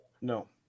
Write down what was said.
No